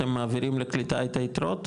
אתם מעבירים לקליטה את היתרות,